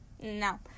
no